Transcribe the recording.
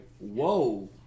whoa